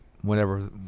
whenever